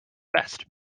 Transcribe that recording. best